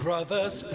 Brothers